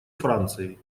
франции